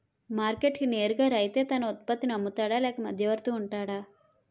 Market కి నేరుగా రైతే తన ఉత్పత్తి నీ అమ్ముతాడ లేక మధ్యవర్తి వుంటాడా?